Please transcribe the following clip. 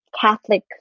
Catholic